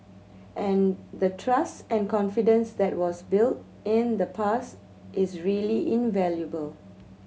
and the trust and confidence that was built in the past is really invaluable